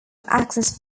axis